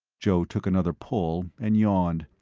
joe took another pull and yawned.